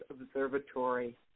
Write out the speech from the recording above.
observatory